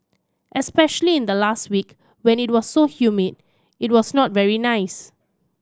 especially in the last week when it was so humid it was not very nice